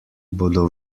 bodo